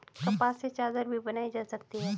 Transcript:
कपास से चादर भी बनाई जा सकती है